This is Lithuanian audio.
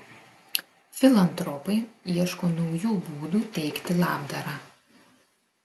filantropai ieško naujų būdų teikti labdarą